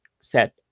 set